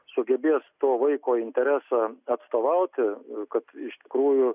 sugebės to vaiko interesą atstovauti kad iš tikrųjų